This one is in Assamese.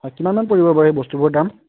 হয় কিমানমান পৰিব বাৰু সেই বস্তুবোৰৰ দাম